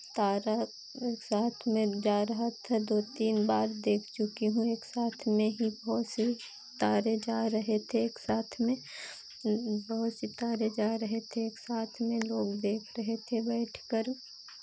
तारा एक साथ में जा रहा था दो तीन बार देख चुकी हूँ एक साथ में ही बहोत से तारे जा रहे थे एक साथ में बहुत से तारे जा रहे थे एक साथ में लोग देख रहे थे बैठकर